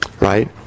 Right